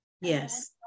Yes